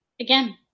again